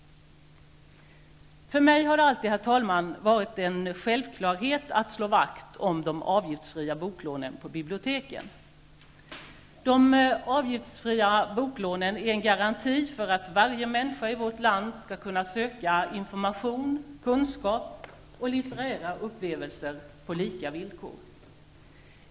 För mig har det alltid, herr talman, varit en självklarhet att slå vakt om de avgiftsfria boklånen på biblioteken. De avgiftsfria boklånen är en garanti för att varje människa i vårt land skall kunna söka information, kunskap och litterära upplevelser på lika villkor.